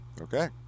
Okay